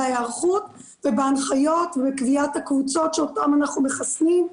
בהיערכות ובהנחיות ובקביעת הקבוצות שאותן אנחנו מחסנים,